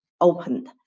opened